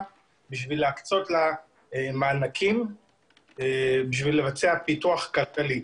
כדי להקצות לה מענקים כדי לבצע פיתוח כלכלי.